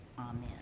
amen